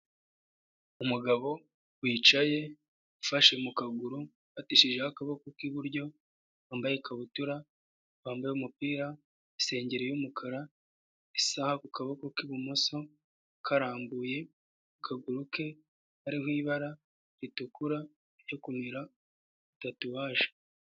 Umugabo wicaye ufashe mu kaguru, ufatishijeho akaboko k'iburyo, wambaye ikabutura, wambaye umupira, isengerei y'umukara, isaha ku kaboko k'ibumoso karambuye, akaguru ke hariho ibara ritukura rijya kumera nka tatuwaje.